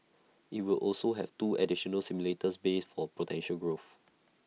IT will also have two additional simulator bays for potential growth